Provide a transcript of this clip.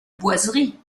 boiseries